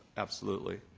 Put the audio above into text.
absolutely.